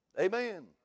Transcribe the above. Amen